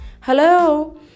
Hello